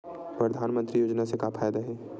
परधानमंतरी योजना से का फ़ायदा हे?